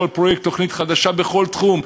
על פרויקט או תוכנית חדשה בכל תחום.